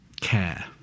care